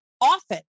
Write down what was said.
often